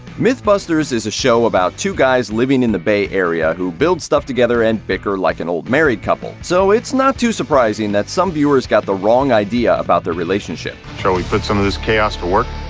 mythbusters is a show about two guys living in the bay area, who build stuff together and bicker like an old married couple. so it's not too surprising that some viewers got the wrong idea about their relationship. shall we put some of this chaos to work?